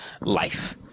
life